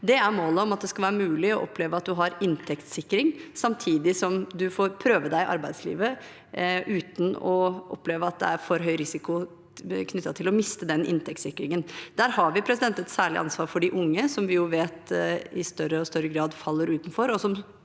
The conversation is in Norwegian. er målet om at det skal være mulig å oppleve at du har inntektssikring samtidig som du får prøve deg i arbeidslivet uten å oppleve at det er for høy risiko knyttet til å miste inntektssikringen. Der har vi et særlig ansvar overfor de unge, som vi vet i større og større grad faller utenfor,